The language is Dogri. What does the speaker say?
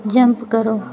जंप करो